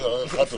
בהגדרות.